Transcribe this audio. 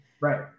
Right